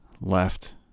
left